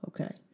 Okay